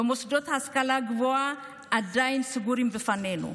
במוסדות ההשכלה הגבוהה שעדיין סגורים בפנינו,